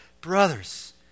Brothers